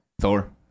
Thor